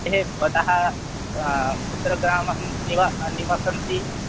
तर्हि भवतः कुत्र ग्राममहं निवासः निवसन्ति